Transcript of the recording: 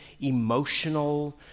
emotional